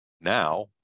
now